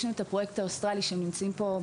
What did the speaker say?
יש את הפרויקט האוסטרלי נציג שלו נמצא בזום